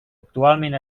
actualment